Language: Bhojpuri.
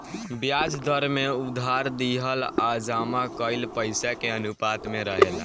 ब्याज दर में उधार दिहल आ जमा कईल पइसा के अनुपात में रहेला